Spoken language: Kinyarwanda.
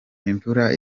imvura